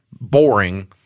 boring